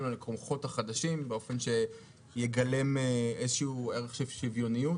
ללקוחות החדשים באופן שיגלם איזה שהוא ערך של שוויוניות.